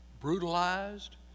brutalized